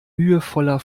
mühevoller